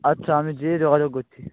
আচ্ছা আমি যেয়ে যোগাযোগ করছি